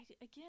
again